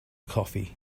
coffee